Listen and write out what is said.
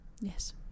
Yes